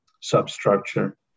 substructure